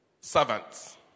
servants